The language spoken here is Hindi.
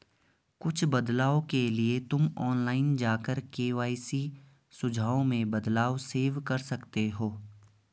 कुछ बदलाव के लिए तुम ऑनलाइन जाकर के.वाई.सी सुझाव में बदलाव सेव कर सकते हो